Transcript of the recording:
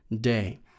day